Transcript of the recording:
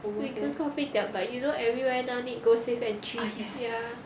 we go kopitiam but you know everywhere now need go safe entry ya